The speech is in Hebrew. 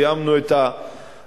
זיהמנו את האוויר,